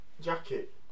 jacket